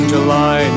July